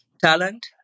talent